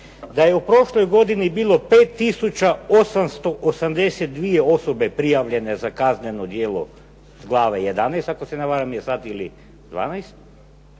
da je u prošloj godini bilo 5 tisuća 882 osobe prijavljene za kazneno djelo glave 11., ako se ne varam ili 12.,